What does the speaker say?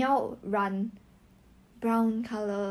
差不多两年 liao leh 哪里有